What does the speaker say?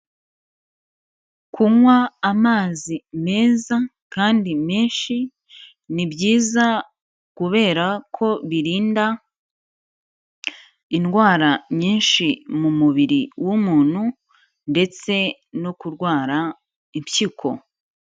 Kunywa amazi meza kandi menshi ni byiza kubera ko birinda indwara nyinshi mu mubiri w'umuntu ndetse no kurwara impyiko.